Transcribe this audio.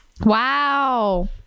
Wow